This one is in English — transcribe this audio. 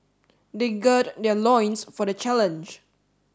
they gird their loins for the challenge